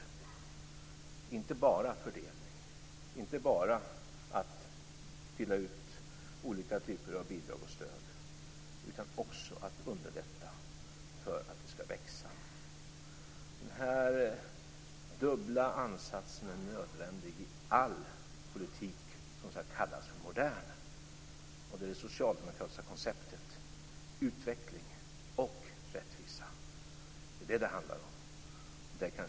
Det gäller inte bara fördelning, inte bara att dela ut olika typer av bidrag och stöd, utan också att underlätta för att det skall växa. Den här dubbla ansatsen är nödvändig i all politik som skall kallas modern. Det är det socialdemokratiska konceptet, utveckling och rättvisa, som det handlar om.